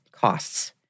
costs